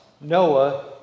Noah